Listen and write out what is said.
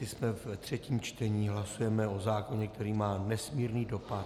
Jsme ve třetím čtení, hlasujeme o zákoně, který má nesmírný dopad.